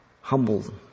humbled